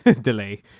delay